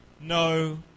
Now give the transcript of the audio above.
no